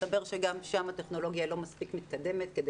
מסתבר שגם שם הטכנולוגיה לא מספיק מתקדמת כדי